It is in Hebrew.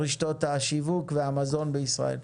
רשתות השיווק והמזון בישראל.